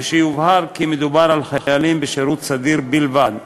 ושיובהר כי מדובר על חיילים בשירות סדיר בלבד.